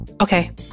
Okay